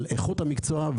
על איכות המקצוע,